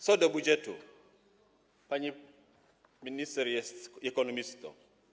Co do budżetu, to pani minister jest ekonomistką.